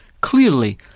clearly